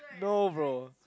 no bro